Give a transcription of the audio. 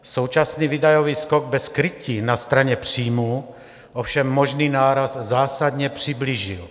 Současný výdajový skok v krytí na straně příjmů ovšem možný náraz zásadně přiblížil.